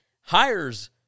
hires